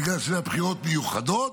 בגלל שאלו בחירות מיוחדות.